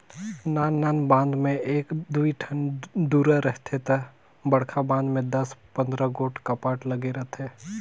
नान नान बांध में एक दुई ठन दुरा रहथे ता बड़खा बांध में दस पंदरा गोट कपाट लगे रथे